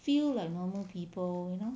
feel like normal people you know